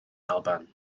alban